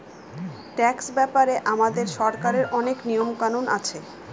tax ব্যাপারে আমাদের সরকারের অনেক নিয়ম কানুন আছে